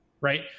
right